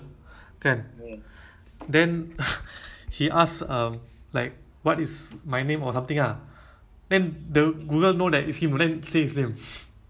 ah so a bit scary lah I think but I I heard like I saw online that you know like community kan instagram or something kan